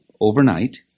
overnight